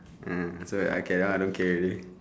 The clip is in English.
mm so okay lah I don't care already